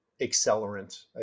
accelerant